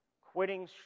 Quitting